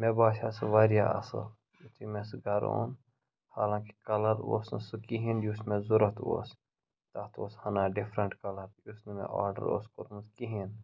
مےٚ باسیو سُہ واریاہ اَصٕل یُتھُے مےٚ سُہ گَرٕ اوٚن حالانٛکہِ کَلَر اوس نہٕ سُہ کِہیٖنۍ یُس مےٚ ضوٚرَتھ اوس تَتھ اوس ہَنا ڈِفرَنٛٹ کَلَر یُس نہٕ مےٚ آرڈَر اوس کوٚرمُت کِہیٖنۍ